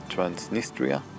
Transnistria